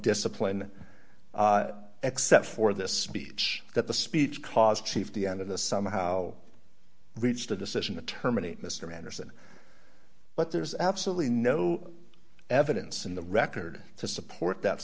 discipline except for this speech that the speech caused chief the end of this somehow reached a decision to terminate mr anderson but there's absolutely no evidence in the record to support that